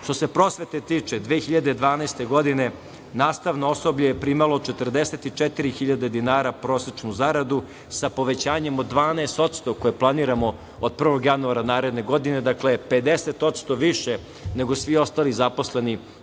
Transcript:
se prosvete tiče, 2012. godine nastavno osoblje je primalo 44.000 dinara prosečnu zaradu, a sa povećanjem od 12% koje planiramo od 1. januara naredne godine, 50% više nego svi ostali zaposleni